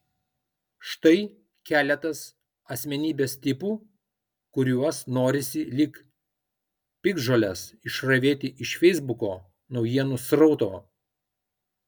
štai keletas asmenybės tipų kuriuos norisi lyg piktžoles išravėti iš feisbuko naujienų srauto